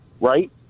right